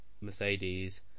Mercedes